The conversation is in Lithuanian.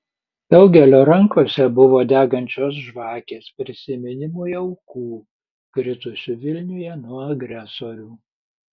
daugelio rankose buvo degančios žvakės prisiminimui aukų kritusių vilniuje nuo agresorių